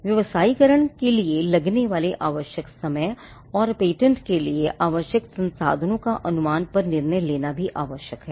व्यवसायीकरण के लिए लगने वाले आवश्यक समय और पेटेंट के लिए आवश्यक संसाधनों का अनुमान पर निर्णय लेना आवश्यक है